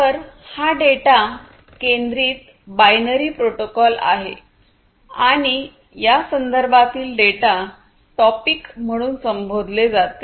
तर हा डेटा केंद्रित बायनरी प्रोटोकॉल आहे आणि या संदर्भातील डेटा टॉपिक म्हणून संबोधले जाते